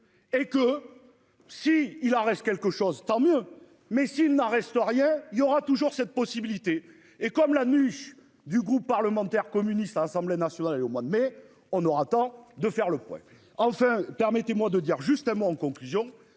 Et que si il en reste quelque chose tant mieux, mais s'il n'a restauré. Il y aura toujours cette possibilité et comme l'anus du groupe parlementaire communiste à l'Assemblée nationale et au mois de mai on aura tant de faire le point. Enfin, permettez-moi de dire justement. En conclusion,